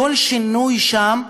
כל שינוי שם,